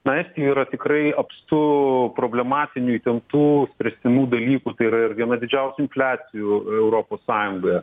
na estijoj yra tikrai apstu problematinių įtemptų spręstinų dalykų tai yra ir viena didžiausių infliacijų europos sąjungoje